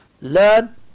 learn